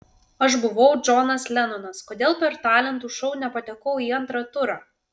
aš buvau džonas lenonas kodėl per talentų šou nepatekau į antrą turą